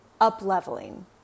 up-leveling